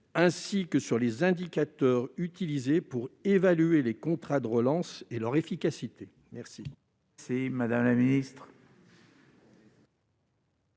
ainsi que sur les indicateurs utilisés pour évaluer les contrats de relance et leur efficacité ? La parole est à Mme la ministre.